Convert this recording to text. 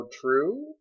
true